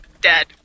dead